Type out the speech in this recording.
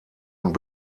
und